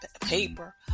paper